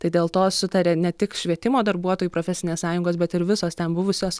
tai dėl to sutaria ne tik švietimo darbuotojų profesinės sąjungos bet ir visos ten buvusios